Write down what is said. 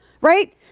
right